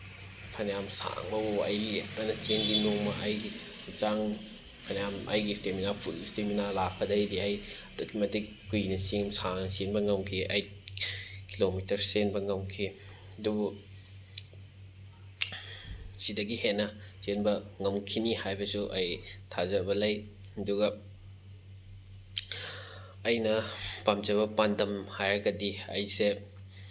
ꯐꯅꯌꯥꯝ ꯁꯥꯡꯐꯥꯎ ꯑꯩ ꯂꯦꯞꯇꯅ ꯆꯦꯟꯈꯤ ꯅꯣꯡꯃ ꯑꯩꯒꯤ ꯍꯛꯆꯥꯡ ꯐꯅꯌꯥꯝ ꯑꯩꯒꯤ ꯏꯁꯇꯦꯃꯤꯅꯥ ꯐꯨꯜ ꯏꯁꯇꯦꯃꯤꯅꯥ ꯂꯥꯛꯄꯒꯤꯗꯤ ꯑꯩ ꯑꯗꯨꯛꯀꯤ ꯃꯇꯤꯛ ꯀꯨꯏꯅ ꯁꯥꯡꯅ ꯆꯦꯟꯕ ꯉꯝꯈꯤ ꯑꯩꯠ ꯀꯤꯂꯣꯃꯤꯇꯔꯁ ꯆꯦꯟꯕ ꯉꯝꯈꯤ ꯑꯗꯨꯕꯨ ꯁꯤꯗꯒꯤ ꯍꯦꯟꯅ ꯆꯦꯟꯕ ꯉꯝꯈꯤꯅꯤ ꯍꯥꯏꯕꯁꯨ ꯑꯩ ꯊꯥꯖꯕ ꯂꯩ ꯑꯗꯨꯒ ꯑꯩꯅ ꯄꯥꯝꯖꯕ ꯄꯥꯟꯗꯝ ꯍꯥꯏꯔꯒꯗꯤ ꯑꯩꯁꯦ